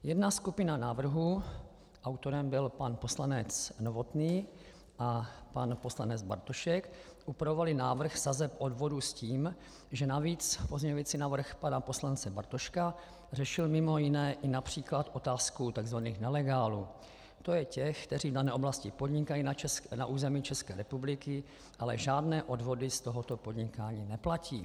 Jedna skupina návrhů, autorem byl pan poslanec Novotný a pan poslanec Bartošek, upravovala návrh sazeb odvodu s tím, že navíc pozměňující návrh pana poslance Bartoška řešil mimo jiné například i otázku tzv. nelegálů, to je těch, kteří v dané oblasti podnikají na území České republiky, ale žádné odvody z tohoto podnikání neplatí.